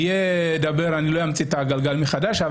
אני לא אמציא את הגלגל מחדש,